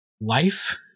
life